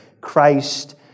Christ